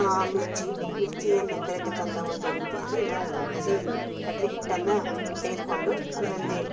ಆ ಮಿರ್ಚಿ ಮಿರ್ಚಿಯನ್ನ ಕರೆತಕ್ಕಂಥ ಒಂದು ರೀತಿಯಲ್ಲಿ ನಾವು ಹಸಿ ಕಡಲೆ ಹಿಟ್ಟನ್ನ ತೆಗೆದುಕೊಂಡು ಅದರಲ್ಲಿ